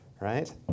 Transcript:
Right